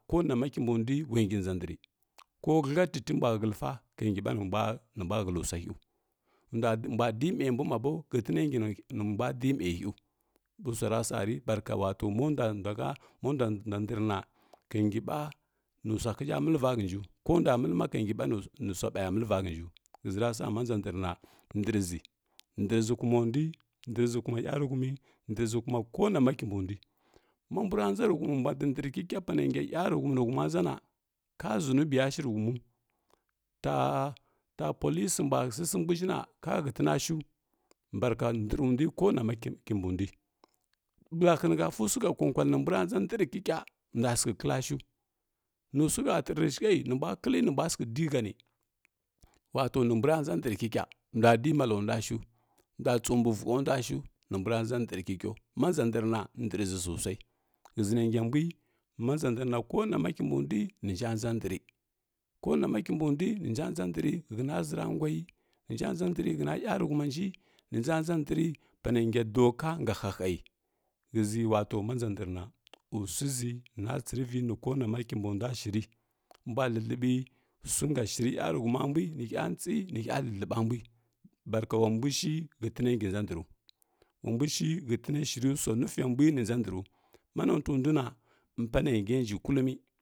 Konama kimbəndui unagi nʒa ndrə ka ghə atiti mbula həlisa kagi banimbwa həli suahiu mbwa di məbuma bo shtinagi nibwadi məhəu usarasari barka ulato modva dahə modua ndrəna kaisiɓa nusahiʒɦa məlva hənsa ko ndaa məlma kansiba nu swaɓayu məlva hənsu ʒhəʒi rasa ma nʒhə ndrna ndrʒə ndrʒə kumondui ndrʒə kuma yanu humə nehʒə kuma konama kimbundui, ma bura nʒə rə humi mbua ndəndri kikəa panu yarhum nihuma nʒana ka ʒunubi yashirə humu, ta ta police mbua kisibu ʒhə na ka hətinashu barki ndru ndi ko nama kimbundui ɓlahə nəhə susuhə koku ali nimbua nʒə ndr kikə ndua sakə klashu nusuhə ntre re shosjə nəbua klə nəbua səkə dinəni uloto nəbua nʒə ndr kikə ndua malandua shu ndua tsuni vəshə nduashu nəmbura nʒə ndr kikəu ma nʒə ndr na ndrʒə sosai shə ʒə nansəmbui ma nʒə ndrna ko nama kibundui minja nʒa ndri konama kibəndui ninja nʒə ndrə shəna ʒraguai ninja nʒa ndri shəna yarəhumanji, ninjanʒa ndri pana ngai doka sa hahayi shəʒi wato mo nʒa ndr na suʒə natsirivə nə nonama kimbundua shiri mbua lələɓi sa shiri yarəhuma mbui nəha tsi nəha lə ləɓa mbui barka ula mbui shi hətinagi ngi nʒa ndru, ulambushi nətini shiri saa nufiya mbunə nʒa ndru manotunduma upanəja ngi mullumi.